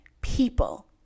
people